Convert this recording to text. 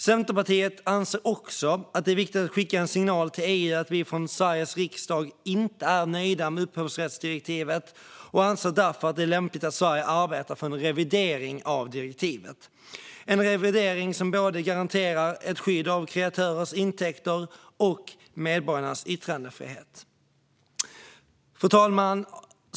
Centerpartiet anser också att det är viktigt att skicka en signal till EU att vi från Sveriges riksdag inte är nöjda med upphovsrättsdirektivet, och Centerpartiet anser därför att det är lämpligt att Sverige arbetar för en revidering av direktivet - en revidering som garanterar ett skydd av både kreatörernas intäkter och medborgarnas yttrandefrihet. Fru talman!